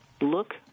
look